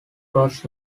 cross